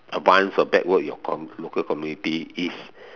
advance or your comm~ your local communities is